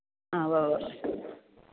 ഉവ്വ് ഉവ്വ്